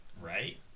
right